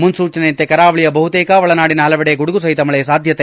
ಮುನ್ನೂಚನೆಯಂತೆ ಕರಾವಳಿಯ ಬಹುತೇಕ ಒಳನಾಡಿನ ಹಲವೆಡೆ ಗುಡುಗು ಸಹಿತ ಮಳೆ ಸಾಧ್ಯತೆ